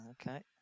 Okay